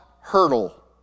hurdle